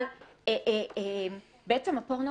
אבל בעצם הפורנו